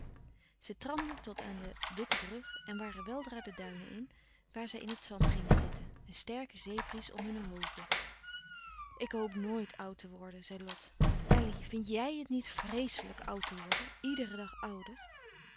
zij tramden tot aan de witte brug en waren weldra de duinen in waar zij in het zand gingen zitten een sterke zeebries om hunne hoofden ik hoop nooit oud te worden zei lot elly vindt jij het niet vreeslijk oud te worden iederen dag ouder